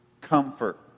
comfort